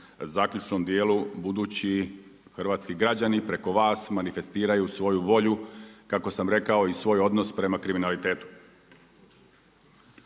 zaključnom dijelu budući hrvatski građani preko vas manifestiraju svoju volju kako sam rekao i svoj odnos prema kriminalitetu.